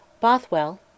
Bothwell